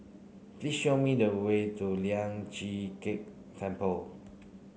please show me the way to Lian Chee Kek Temple